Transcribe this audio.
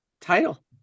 title